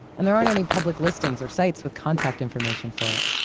and there aren't any public listings or sites with contact information for it,